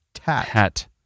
hat